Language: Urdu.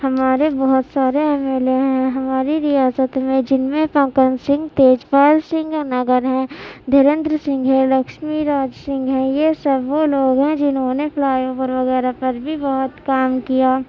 ہمارے بہت سارے ایم ایل اے ہیں ہماری ریاست میں جن میں پنکج سنگھ تیج پال سنگھ ناگر ہیں دھریندر سنگھ ہے لکچھمی راج سنگھ ہیں یہ سب وہ لوگ ہیں جنہوں نے فلائی اوور وغیرہ پر بھی بہت کام کیا